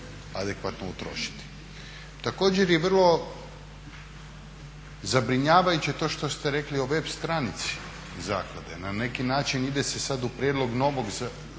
adekvatno utrošiti. Također je vrlo zabrinjavajuće to što ste rekli o web stranici zaklade. Na neki način ide se sad u prijedlog novog, prijedlog